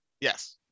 Yes